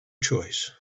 choice